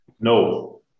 No